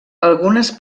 algunes